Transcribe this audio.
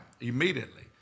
immediately